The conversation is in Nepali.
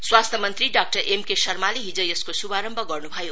स्वास्थ्य मंत्री डाक्टर एमके शर्माले हिज यसको शुभारम्भ गर्नु भयो